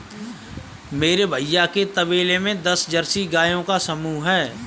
मेरे भैया के तबेले में दस जर्सी गायों का समूह हैं